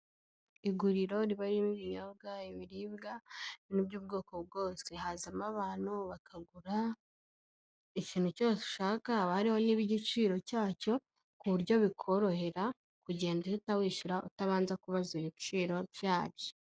Iguriro riba ririmo ibinyobwa, ibiribwa, ibintu by'ubwoko bwose, hazamo abantu bakagura, ikintu cyose ushaka, haba hariho n'igiciro cyacyo, ku buryo bikorohera, kugenda uhita wishyura, utabanza kubaza ibiciro byacyo.